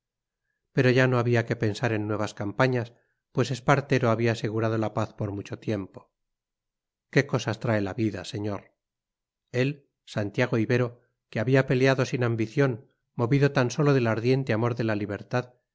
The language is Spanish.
pero ya no había que pensar en nuevas campañas pues espartero había asegurado la paz por mucho tiempo qué cosas trae la vida señor él santiago ibero que había peleado sin ambición movido tan sólo del ardiente amor de la libertad